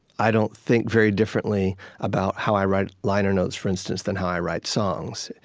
i don't think very differently about how i write liner notes, for instance, than how i write songs.